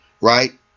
right